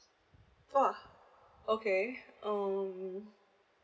!wah! okay mm